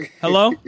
Hello